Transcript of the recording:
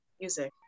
music